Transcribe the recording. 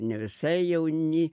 ne visai jauni